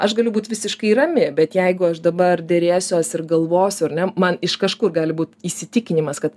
aš galiu būt visiškai rami bet jeigu aš dabar derėsiuos ir galvosiu ar ne man iš kažkur gali būt įsitikinimas kad